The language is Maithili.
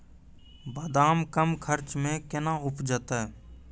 बादाम कम खर्च मे कैना उपजते?